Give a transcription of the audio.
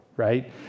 right